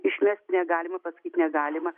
išmest negalima pasakyt negalima